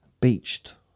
Beached